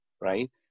right